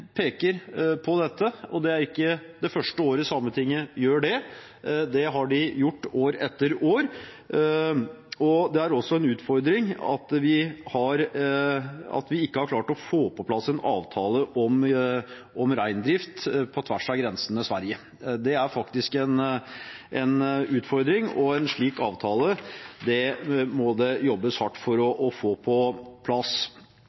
peker på dette, og det er ikke første året Sametinget gjør det. Det har de gjort år etter år. Det er også en utfordring at vi ikke har klart å få på plass en avtale om reindrift på tvers av grensen med Sverige. Det er en utfordring, og en slik avtale må det jobbes hardt for å få på plass.